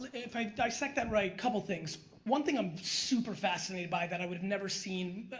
if i dissect that right couple things, one thing i'm super fascinated by that i would have never seen,